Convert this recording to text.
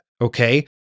okay